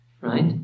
right